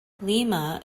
lima